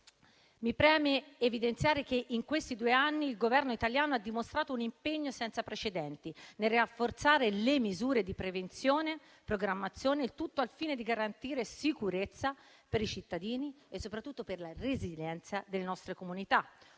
Mi preme evidenziare che in questi due anni il Governo italiano ha dimostrato un impegno senza precedenti nel rafforzare le misure di prevenzione e programmazione, il tutto al fine di garantire sicurezza per i cittadini e soprattutto per la resilienza delle nostre comunità.